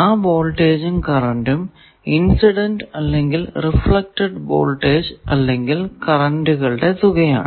ആ വോൾട്ടേജും കറന്റും ഇൻസിഡന്റ് അല്ലെങ്കിൽ റിഫ്ലെക്ടഡ് വോൾട്ടേജ് അല്ലെങ്കിൽ കറന്റുകളുടെ തുകയാണ്